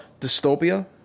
Dystopia